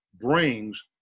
brings